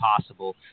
possible